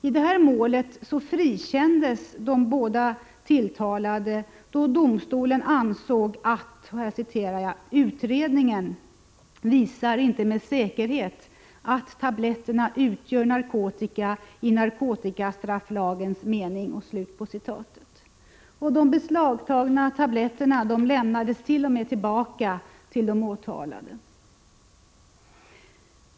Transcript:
I detta mål frikändes de båda tilltalade då domstolen ansåg att ”utredningen ——— visar inte med säkerhet att tabletterna utgör narkotika i narkotikastrafflagens mening”. De beslagtagna tabletterna lämnades t.o.m. tillbaka till de åtalade.